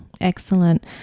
Excellent